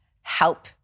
help